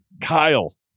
Kyle